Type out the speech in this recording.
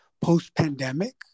post-pandemic